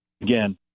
again